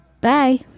Bye